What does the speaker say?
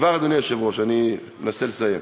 כבר, אדוני היושב-ראש, אני מנסה לסיים.